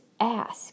ask